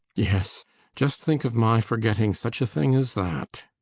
yes just think of my forgetting such a thing as that.